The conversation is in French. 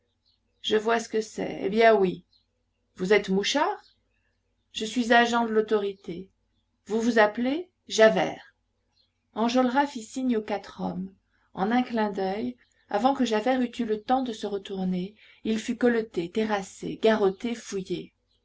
je vois ce que c'est eh bien oui vous êtes mouchard je suis agent de l'autorité vous vous appelez javert enjolras fit signe aux quatre hommes en un clin d'oeil avant que javert eût eu le temps de se retourner il fut colleté terrassé garrotté fouillé